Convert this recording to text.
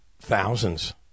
thousands